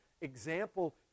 example